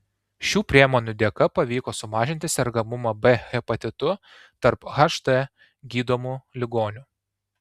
šių priemonių dėka pavyko sumažinti sergamumą b hepatitu tarp hd gydomų ligonių